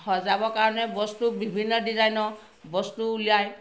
সজাবৰ কাৰণে বস্তু বিভিন্ন ডিজাইনৰ বস্তু উলিয়ায়